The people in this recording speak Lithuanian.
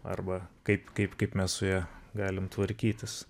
arba kaip kaip kaip mes su ja galim tvarkytis